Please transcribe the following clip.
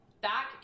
back